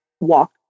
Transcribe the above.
walk